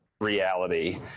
reality